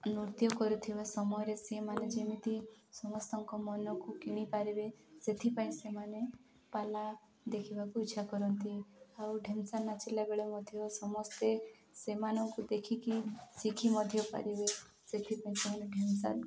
ନୃତ୍ୟ କରୁଥିବା ସମୟରେ ସେମାନେ ଯେମିତି ସମସ୍ତଙ୍କ ମନକୁ କିଣିପାରିବେ ସେଥିପାଇଁ ସେମାନେ ପାଲା ଦେଖିବାକୁ ଇଚ୍ଛା କରନ୍ତି ଆଉ ଢେମ୍ସା ନାଚିଲା ବେଳେ ମଧ୍ୟ ସମସ୍ତେ ସେମାନଙ୍କୁ ଦେଖିକି ଶିଖି ମଧ୍ୟ ପାରିବେ ସେଥିପାଇଁ ସେମାନେ ଢେମ୍ସା